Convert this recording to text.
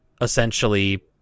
essentially